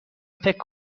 فکر